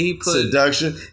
Seduction